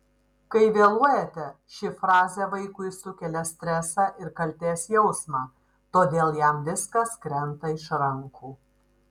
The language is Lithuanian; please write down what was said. kai vėluojate ši frazė vaikui sukelia stresą ir kaltės jausmą todėl jam viskas krenta iš rankų